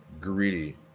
greedy